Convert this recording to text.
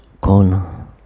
con